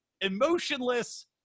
emotionless